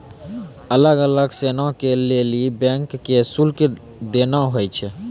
अलग अलग सेवा के लेली बैंक के शुल्क देना होय छै